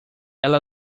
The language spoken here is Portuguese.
ela